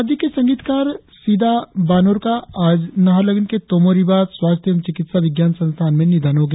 राज्य के संगीतकार सिदा बेनोर का आज नाहरलगुन के तोमो रिबा स्वास्थ्य एवं चिकित्सा विज्ञान संस्थान में निधन हो गया